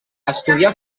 estudià